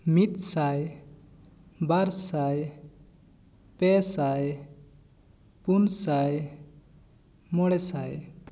ᱢᱤᱫ ᱥᱟᱭ ᱵᱟᱨ ᱥᱟᱭ ᱯᱮ ᱥᱟᱭ ᱯᱩᱱ ᱥᱟᱭ ᱢᱚᱬᱮ ᱥᱟᱭ